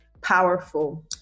Powerful